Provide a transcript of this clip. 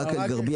בקה אל-גרביה,